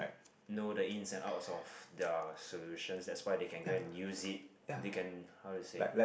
no the ins and outs of their solutions that's why they can go and use it they can how to say